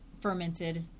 fermented